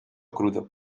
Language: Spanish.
crudo